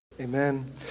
Amen